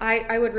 i would